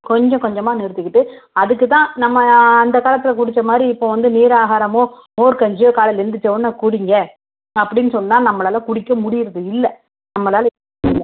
கொஞ்சம் கொஞ்சமாக நிறுத்திகிட்டு அதுக்குதான் நம்ம அந்தகாலத்தில் குடித்த மாதிரி இப்போ வந்து நீராகாரமோ மோர் கஞ்சியோ காலையில் எழுந்திரிச்சவொனே குடிங்க அப்படின்னு சொன்னால் நம்மளால் குடிக்க முடிகிறதில்ல நம்மளால் குடிக்க முடியலை